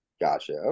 Gotcha